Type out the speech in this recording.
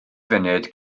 funud